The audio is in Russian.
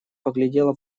поглядела